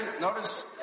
Notice